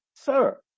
Sir